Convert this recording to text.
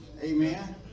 Amen